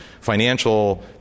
financial